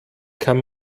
kann